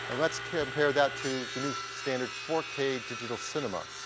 let's compare that to the new standard four k digital cinema.